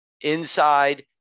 inside